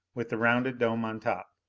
with the rounded dome on top.